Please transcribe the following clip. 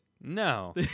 No